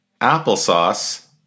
applesauce